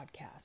podcast